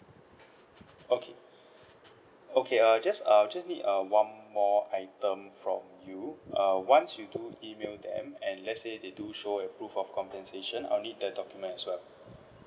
okay okay err just err I'll just err one more item from you err once you do email them and let's say they do show approve of compensation I'll need the documents as well